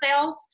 sales